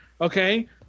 Okay